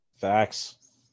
Facts